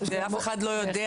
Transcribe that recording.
שאף אחד לא יודע,